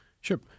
Sure